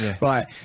right